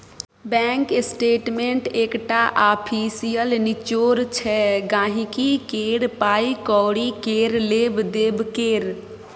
bank statement एकटा official निचोड़ छै गांहिकी केर पाइ कौड़ी केर लेब देब केर